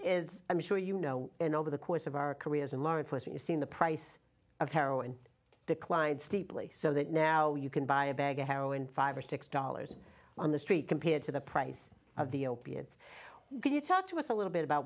is i'm sure you know and over the course of our careers and learned first you seen the price of heroin declined steeply so that now you can buy a bag of heroin five or six dollars on the street compared to the price of the opiates when you talk to us a little bit about